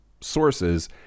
sources